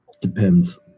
Depends